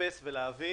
להתאפס ולהבין